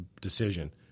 decision